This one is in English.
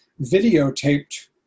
videotaped